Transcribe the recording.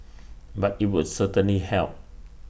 but IT would certainly help